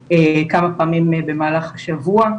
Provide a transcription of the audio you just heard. להגיע למרכז לא מתויג,